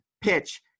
PITCH